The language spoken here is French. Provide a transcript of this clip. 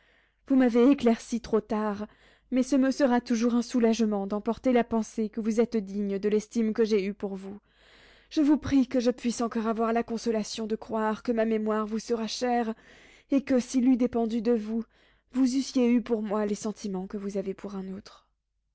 vous m'avez éclairci trop tard mais ce me sera toujours un soulagement d'emporter la pensée que vous êtes digne de l'estime que j'aie eue pour vous je vous prie que je puisse encore avoir la consolation de croire que ma mémoire vous sera chère et que s'il eût dépendu de vous vous eussiez eu pour moi les sentiments que vous avez pour un autre